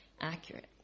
accurate